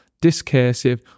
discursive